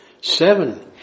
Seven